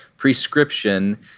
Prescription